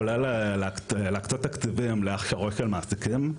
כולל להקצות תקציבים להכשרות של מעסיקים.